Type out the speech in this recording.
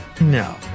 No